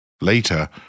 Later